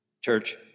Church